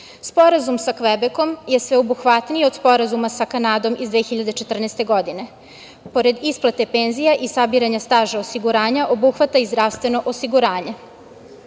Sporazum sa Kvebekom je sveobuhvatniji od Sporazuma sa Kanadom iz 2014. godine. Pored isplate penzija i sabiranja staža osiguranja, obuhvata i zdravstveno osiguranje.